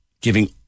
giving